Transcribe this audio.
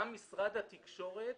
גם משרד התקשורת